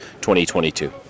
2022